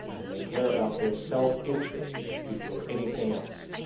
and they care about their self-interest before anything else.